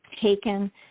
taken